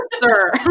Sir